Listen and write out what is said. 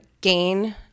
gain